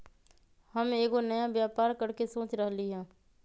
हम एगो नया व्यापर करके सोच रहलि ह